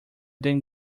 than